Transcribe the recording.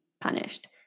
punished